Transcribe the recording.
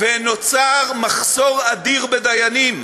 ונוצר מחסור אדיר בדיינים,